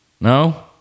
No